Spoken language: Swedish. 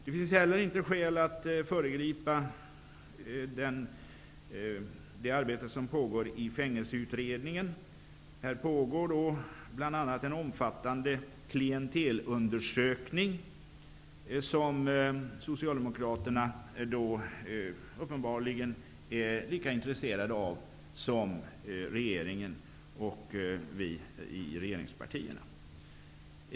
Det finns inte heller skäl att föregripa det arbete som pågår i Fängelseutredningen. Här pågår bl.a. en omfattande klientelundersökning som Socialdemokraterna uppenbarligen är lika intresserade av som regeringen och regeringspartierna.